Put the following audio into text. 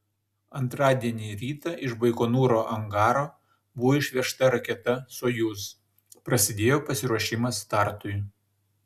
antradienį rytą iš baikonūro angaro buvo išvežta raketa sojuz prasidėjo pasiruošimas startui